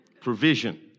provision